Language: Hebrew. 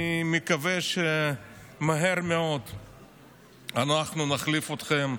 אני מקווה שמהר מאוד אנחנו נחליף אתכם.